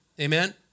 Amen